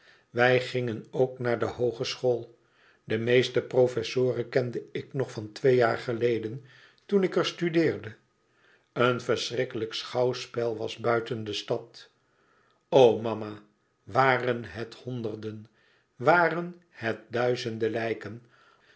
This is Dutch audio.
wij gingen ook naar de hoogeschool de meeste professoren kende ik nog van twee jaar geleden toen ik er studeerde een verschrikkelijk schouwspel was buiten de stad o mama waren het honderden waren het duizenden lijken